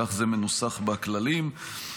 כך זה מנוסח בכללים,